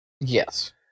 Yes